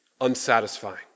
unsatisfying